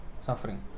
suffering